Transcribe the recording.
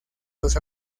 los